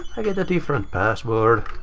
i get a different password.